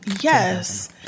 yes